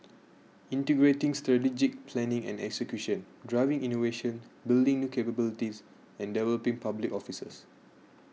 integrating strategic planning and execution driving innovation building new capabilities and developing public officers